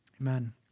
amen